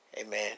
Amen